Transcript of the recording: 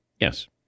Yes